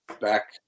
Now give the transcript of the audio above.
back